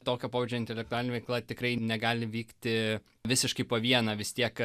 tokio pobūdžio intelektualinė veikla tikrai negali vykti visiškai po vieną vis tiek